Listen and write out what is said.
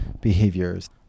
behaviors